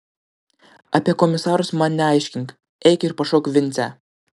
apie komisarus man neaiškink eik ir pašauk vincę